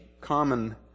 common